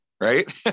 Right